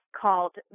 called